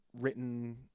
written